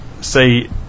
say